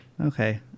Okay